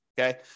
Okay